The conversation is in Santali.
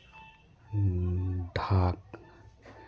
ᱰᱷᱟᱠ